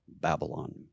Babylon